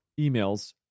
emails